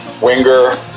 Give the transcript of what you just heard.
Winger